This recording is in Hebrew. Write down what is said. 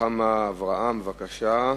רוחמה אברהם, בבקשה.